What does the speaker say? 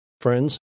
friends